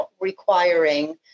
requiring